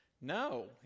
No